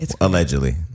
allegedly